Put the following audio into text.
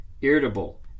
irritable